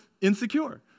insecure